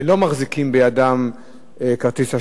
שלא מחזיקים בידם כרטיס אשראי.